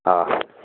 હા